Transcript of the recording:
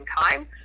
time